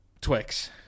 Twix